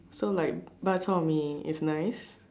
so like Bak-Chor-Mee is nice